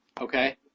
Okay